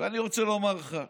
ואני רוצה לומר לך,